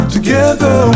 Together